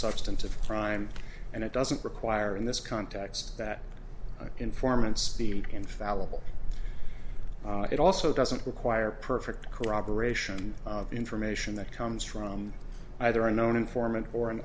substantive crime and it doesn't require in this context that informants be infallible it also doesn't require perfect corroboration information that comes from either a known informant or an